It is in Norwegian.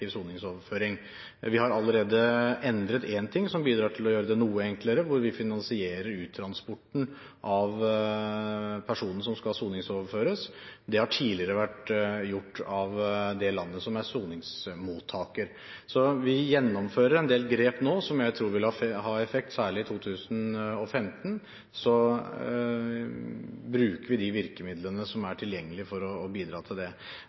soningsoverføring. Vi har allerede endret én ting som bidrar til å gjøre det noe enklere, ved at vi finansierer uttransporten av personen som skal soningsoverføres. Det har tidligere vært gjort av det landet som er soningsmottaker. Så vi gjennomfører en del grep nå som jeg tror vil ha effekt, særlig i 2015. Vi bruker de virkemidlene som er tilgjengelig for å bidra til det.